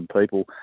people